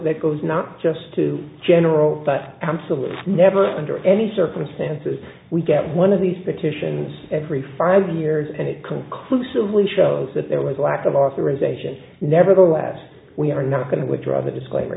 that goes not just to general but absolutely never under any circumstances we get one of these petitions every five years and it conclusively shows that there was a lack of authorisation nevertheless we are not going to withdraw the disclaimer